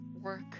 work